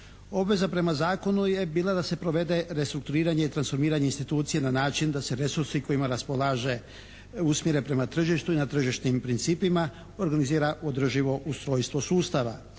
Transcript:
Obveza prema zakonu je bila da se provede restrukturiranje i transformiranje institucije na način da se resursi kojima raspolaže usmjere prema tržištu i na tržišnim principima organizira održivo u svojstvo sustava.